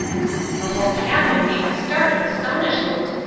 the whole cabinet gave a start of astonishment.